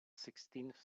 sixteenth